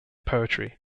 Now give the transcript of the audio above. poetry